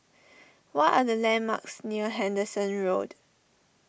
what are the landmarks near Henderson Road